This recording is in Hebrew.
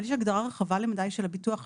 אבל יש הגדרה רחבה למדי של הביטוח הלאומי,